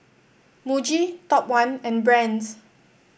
Muji Top One and Brand's